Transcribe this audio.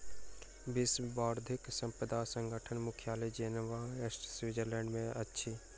विश्व बौद्धिक संपदा संगठनक मुख्यालय जिनेवा, स्विट्ज़रलैंड में अछि